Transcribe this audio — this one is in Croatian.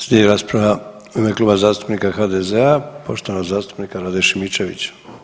Slijedi rasprava u ime Kluba zastupnika HDZ-a poštovanog zastupnika Rade Šimičevića.